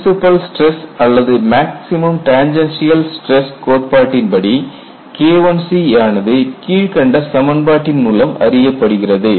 principle stress அல்லது maximum tangential stress கோட்பாட்டின்படி K1C ஆனது கீழ்கண்ட சமன்பாட்டின் மூலம் அறியப்படுகிறது